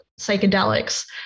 psychedelics